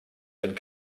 and